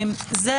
זה